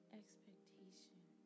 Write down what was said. expectation